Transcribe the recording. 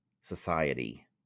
society